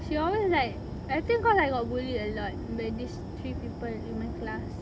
she always like I think cause I got bullied a lot by these three people in my class